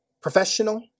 professional